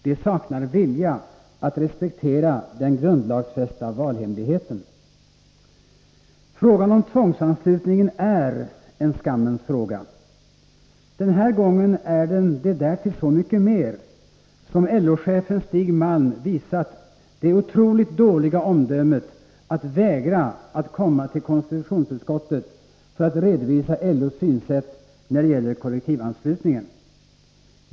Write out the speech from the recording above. De saknar vilja att respektera den grundlagsfästa valhemligheten. Frågan om tvångsanslutningen är en skammens fråga. Den här gången är den det därtill så mycket mer, eftersom LO-chefen Stig Malm visat det otroligt dåliga omdömet att vägra att komma till konstitutionsutskottet för att redovisa LO:s synsätt när det gäller kollektivanslutningen.